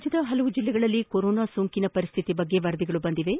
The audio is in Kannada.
ರಾಜ್ಯದ ವಿವಿಧ ಜೆಲ್ಲೆಗಳಲ್ಲಿ ಕೊರೋನಾ ಸೋಂಕಿನ ಪರಿಸ್ಥಿತಿಯ ಬಗ್ಗೆ ವರದಿಗಳು ಬಂದಿವೆ